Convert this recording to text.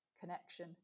connection